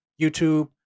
YouTube